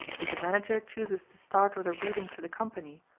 if the manager chooses to start with a reading to the company,